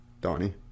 Donnie